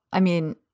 i mean,